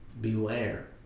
beware